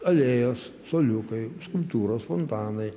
alėjos suoliukai skulptūros fontanai